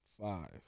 Five